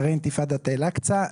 אחרי אינתיפאדת אל אקצא.